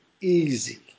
easy